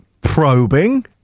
probing